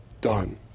done